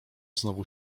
znowu